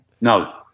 No